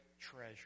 treasure